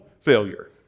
failure